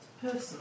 personal